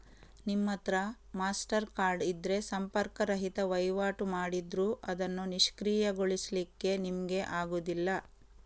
ನಿಮ್ಮತ್ರ Mastercard ಇದ್ರೆ ಸಂಪರ್ಕ ರಹಿತ ವೈವಾಟು ಮಾಡಿದ್ರೂ ಅದನ್ನು ನಿಷ್ಕ್ರಿಯಗೊಳಿಸ್ಲಿಕ್ಕೆ ನಿಮ್ಗೆ ಆಗುದಿಲ್ಲ